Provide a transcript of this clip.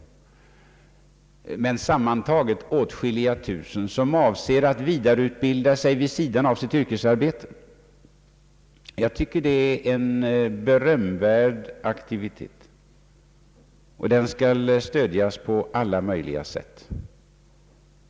Det finns alltså sammanlagt åtskilliga tusen som avser att vidareutbilda sig vid sidan av sitt yrkesarbete. Jag tycker att det är en berömvärd aktivitet, och den skall stödjas på alla möjliga sätt.